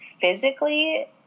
physically